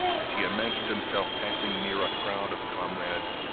as he imagined himself passing near a crowd of comrades,